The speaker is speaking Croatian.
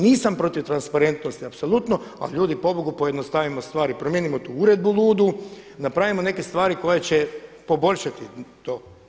Nisam protiv transparentnosti apsolutno, a ljudi pobogu pojednostavimo stvari, promijenimo tu uredbu ludu, napravimo neke stvari koje će poboljšati to.